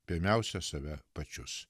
pirmiausia save pačius